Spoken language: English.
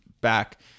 back